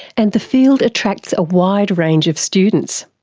and the field attracts a wide range of students.